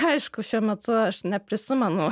aišku šiuo metu aš neprisimenu